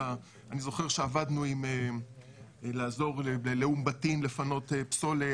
אלא אני זוכר שעבדנו לעזור לאום בטין לפנות פסולת,